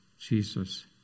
Jesus